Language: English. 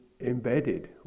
embedded